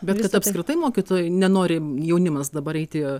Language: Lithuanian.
bet kad apskritai mokytojai nenori jaunimas dabar eiti